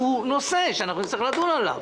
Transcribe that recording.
השכר, זה נושא שנצטרך לדון עליו.